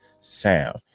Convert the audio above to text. sound